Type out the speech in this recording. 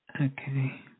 Okay